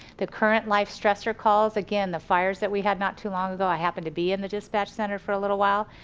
the current life stressor calls again the fires that we had not too long ago, i happened to be in the dispatch center for a little while,